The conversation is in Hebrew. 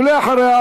ואחריה,